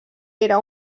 era